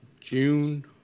June